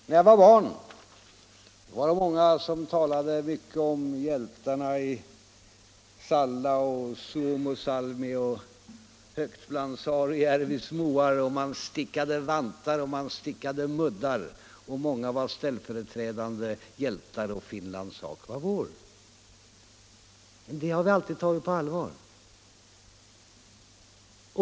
När jag var barn var det många som talade mycket om hjältarna i Salla, i Suomussalmi och högt bland Saarijärvis moar, man stickade vantar och muddar. Många var ställföreträdande hjältar, och Finlands sak var vår. Det har vi alltid tagit på allvar.